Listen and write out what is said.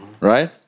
right